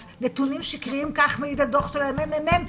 נתונים שיקרים כך מעיד הדוח של הממ"מ,